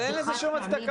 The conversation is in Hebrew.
אבל אין לזה שום הצדקה.